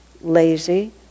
lazy